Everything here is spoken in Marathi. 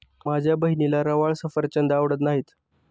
माझ्या बहिणीला रवाळ सफरचंद आवडत नाहीत